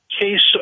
case